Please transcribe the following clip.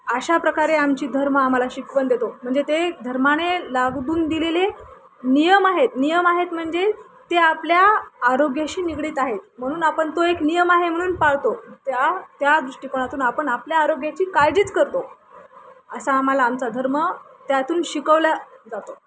अशा प्रकारे आमची धर्म आम्हाला शिकवण देतो म्हणजे ते धर्माने लागदून दिलेले नियम आहेत नियम आहेत म्हणजे ते आपल्या आरोग्याशी निगडीत आहेत म्हणून आपण तो एक नियम आहे म्हणून पाळतो त्या त्या दृष्टिकोणातून आपण आपल्या आरोग्याची काळजीच करतो असा आम्हाला आमचा धर्म त्यातून शिकवल्या जातो